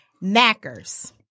Knackers